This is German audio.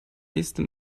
nächste